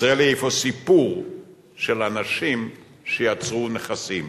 ישראל היא אפוא סיפור של אנשים שיצרו נכסים